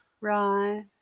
right